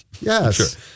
yes